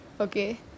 Okay